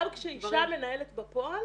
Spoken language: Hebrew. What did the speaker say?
גם כשאישה מנהלת בפועל